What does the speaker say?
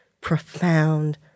profound –